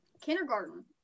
kindergarten